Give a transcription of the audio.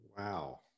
Wow